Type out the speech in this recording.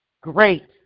great